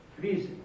please